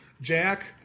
Jack